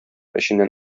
эченнән